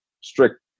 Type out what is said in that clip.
strict